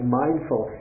mindful